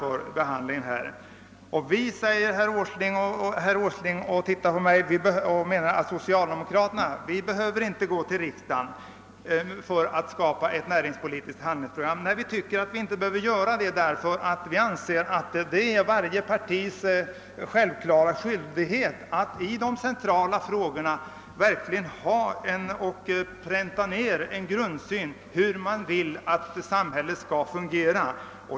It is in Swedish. Socialdemokraterna, säger herr Åsling och ser på mig, behöver inte gå till riksdagen för att skapa ett näringspolitiskt handlingsprogram. Nej, vi tycker att vi inte behöver göra det, eftersom vi anser det vara varje partis självklara skyldighet att i de centrala frågorna verkligen ha och pränta ned sin grundsyn på hur samhället skall fungera.